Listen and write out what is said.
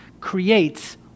creates